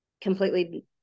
completely